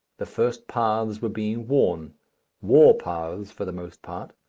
the first paths were being worn war paths for the most part.